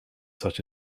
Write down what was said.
such